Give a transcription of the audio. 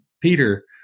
Peter